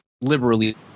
liberally